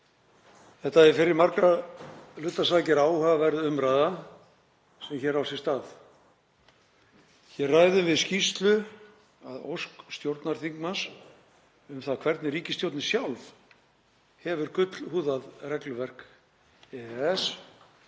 Þetta er fyrir margra hluta sakir áhugaverð umræða sem hér á sér stað. Hér ræðum við skýrslu að ósk stjórnarþingmanns um það hvernig ríkisstjórnin sjálf hefur gullhúðað regluverk